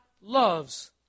loves